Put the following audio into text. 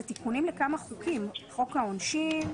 אלה תיקונים לכמה חוקים חוק העונשין,